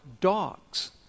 dogs